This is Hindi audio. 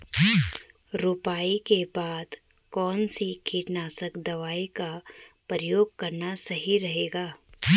रुपाई के बाद कौन सी कीटनाशक दवाई का प्रयोग करना सही रहेगा?